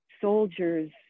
soldiers